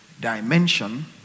dimension